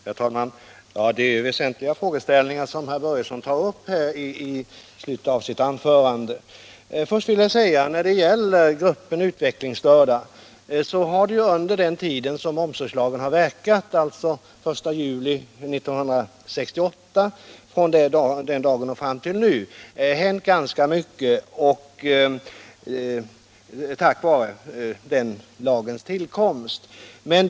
Herr talman! Det är väsentliga frågeställningar som herr Börjesson i Falköping tar upp i slutet av sitt anförande. När det gäller gruppen utvecklingsstörda har det under den tid omsorgslagen har verkat — alltså från den 1 juli 1968 fram till nu — hänt ganska mycket, tack vare den lagens tillkomst.